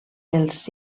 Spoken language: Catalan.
noms